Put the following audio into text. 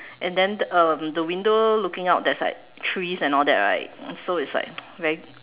and then um the window looking out there's like trees and all that right so it's like very